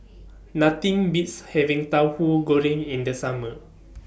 Nothing Beats having Tauhu Goreng in The Summer